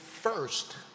first